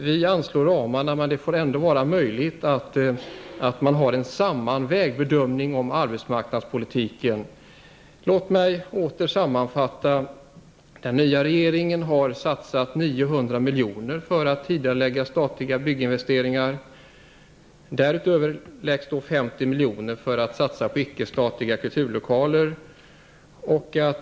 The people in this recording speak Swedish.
Vi anslår ramarna, men det skall ändå vara möjligt att göra en sammanvägd bedömning av arbetsmarknadspolitiken. Låt mig åter sammanfatta. Den nya regeringen har satsat 900 miljoner för att tidigarelägga statliga bygginvesteringar. Därutöver läggs 50 miljoner som skall satsas på icke-statliga kulturlokaler.